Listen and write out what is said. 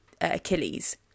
Achilles